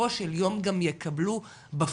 בסופו של יום גם יקבלו בפועל,